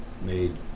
made